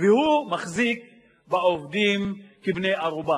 עובד 24 שעות ביממה,